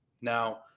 now